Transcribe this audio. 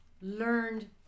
learned